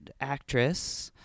Actress